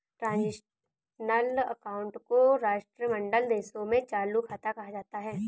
transitional account को राष्ट्रमंडल देशों में चालू खाता कहा जाता है